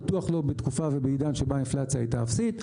בטוח לא בתקופה ובעידן שבה האינפלציה הייתה אפסית,